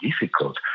difficult